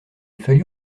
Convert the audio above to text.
fallut